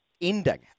ending